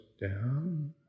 down